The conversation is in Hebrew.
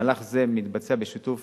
מהלך זה מתבצע בשיתוף